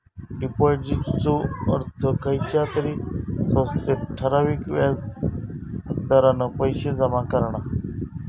डिपाॅजिटचो अर्थ खयच्या तरी संस्थेत ठराविक व्याज दरान पैशे जमा करणा